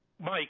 Mike